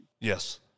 Yes